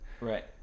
Right